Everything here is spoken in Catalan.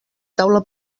taula